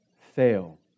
fail